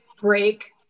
break